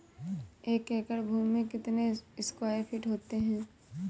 एक एकड़ भूमि में कितने स्क्वायर फिट होते हैं?